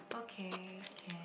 okay can